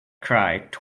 toward